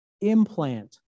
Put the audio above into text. implant